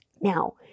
Now